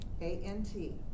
A-N-T